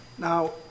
Now